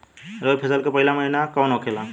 रबी फसल के पहिला महिना कौन होखे ला?